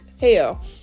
Hell